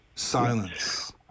Silence